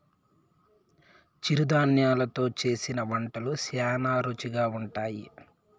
చిరుధాన్యలు తో చేసిన వంటలు శ్యానా రుచిగా ఉంటాయి